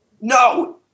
No